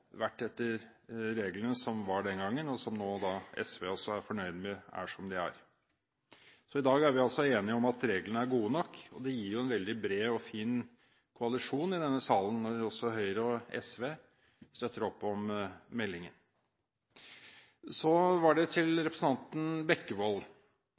vært etter de reglene som var den gangen, og som nå SV er fornøyd med er som de er. Så i dag er vi altså enige om at reglene er gode nok. Det gir en veldig bred og fin koalisjon i denne salen når også Høyre og SV støtter opp om meldingen. Så til representanten Bekkevold. Han argumenterte mot midlertidige tillatelser, altså det